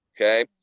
okay